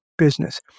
business